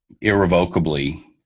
irrevocably